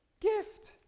Gift